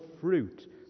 fruit